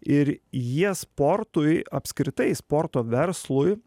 ir jie sportui apskritai sporto verslui